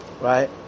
right